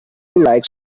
like